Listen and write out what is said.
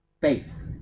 faith